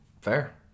Fair